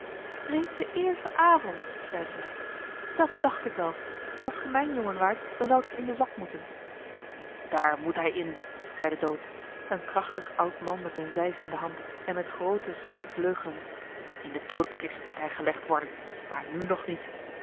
reeds den eersten avond zeide zij dat dacht ik wel als ge mijn jongen waart dan zoudt ge in den zak moeten daar moet hij in zei de dood een krachtig oud man met een zeis in de hand en met groote zwarte vleugelen in de doodkist moet hij gelegd worden maar nu nog niet